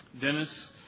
Dennis